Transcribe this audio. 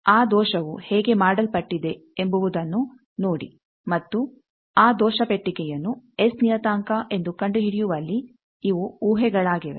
ಆ ದೋಷವು ಹೇಗೆ ಮಾಡಲ್ಪಟ್ಟಿದೆ ಎಂಬುದನ್ನು ನೋಡಿ ಮತ್ತು ಆ ದೋಷ ಪೆಟ್ಟಿಗೆಯನ್ನು ಎಸ್ ನಿಯತಾಂಕ ಎಂದು ಕಂಡುಹಿಡಿಯುವಲ್ಲಿ ಇವು ಊಹೆಗಳಾಗಿವೆ